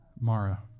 Mara